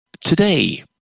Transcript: today